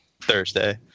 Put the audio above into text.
Thursday